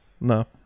No